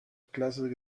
clases